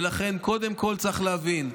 ולכן קודם כול צריך להבין: